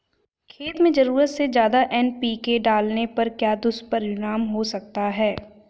खेत में ज़रूरत से ज्यादा एन.पी.के डालने का क्या दुष्परिणाम हो सकता है?